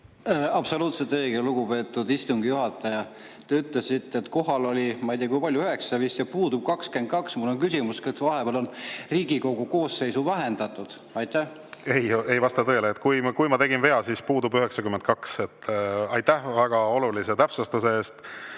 Absoluutselt õige! Lugupeetud istungi juhataja! Te ütlesite, et kohal on, ma ei tea, kui palju, 9 vist, ja puudub 22. Mul on küsimus: kas vahepeal on Riigikogu koosseisu vähendatud? Ei, ei vasta tõele! Kui ma tegin vea, siis [parandan]: puudub 92. Aitäh väga olulise täpsustuse eest!